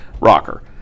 Rocker